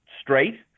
straight